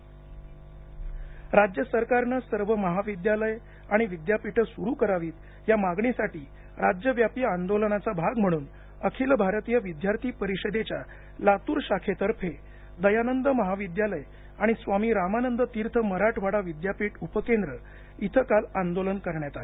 अभाविप आंदोलन राज्य सरकारनं सर्व महाविद्यालय आणि विद्यापीठे सुरु करावीत या मागणीसाठी राज्यव्यापी आंदोलनाचा भाग म्हणून अखिल भारतीय विद्यार्थी परीषदेच्या लातूर शाखेतर्फे दयानंद महाविद्यालय आणि स्वामी रामानंद तिर्थ मराठवाडा विद्यापीठ उपकेंद्र इथं काल आंदोलन करण्यात आले